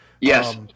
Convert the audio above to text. Yes